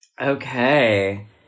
Okay